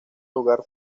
lugar